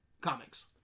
comics